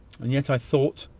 and yet i thought,